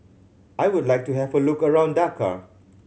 I would like to have a look around Dakar